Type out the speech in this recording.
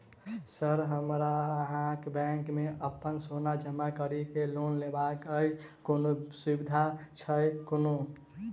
Sir हमरा अहाँक bank मे अप्पन सोना जमा करि केँ लोन लेबाक अई कोनो सुविधा छैय कोनो?